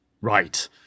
Right